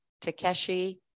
Takeshi